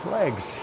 legs